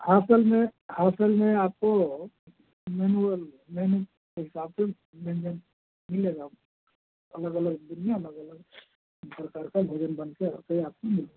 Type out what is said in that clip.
hostel में hostel में आपको मेनुअल मेनु के हिसाब से व्यंजन मिलेगा अलग अलग दिन में अलग अलग भरकर कर भोजन बनकर और फिर आपको मिले